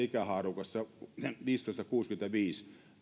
ikähaarukassa viisitoista viiva kuusikymmentäviisi